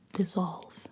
dissolve